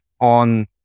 on